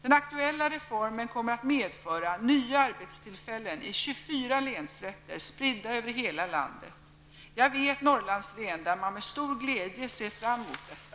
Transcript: Den aktuella reformen kommer att medföra nya arbetstillfällen i 24 länsrätter, spridda över hela landet. Jag vet Norrlandslän där man med stor glädje ser fram mot detta.